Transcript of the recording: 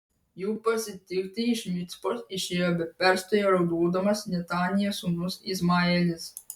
jų pasitikti iš micpos išėjo be perstojo raudodamas netanijos sūnus izmaelis